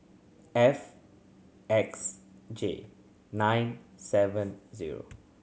F X J nine seven zero